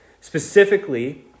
specifically